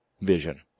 vision